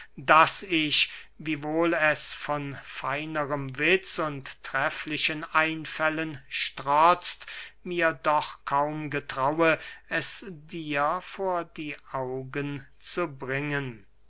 daß ich wiewohl es von feinerem witz und trefflichen einfällen strotzt mir doch kaum getraue es dir vor die augen zu bringen